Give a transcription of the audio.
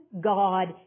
God